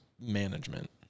management